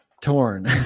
torn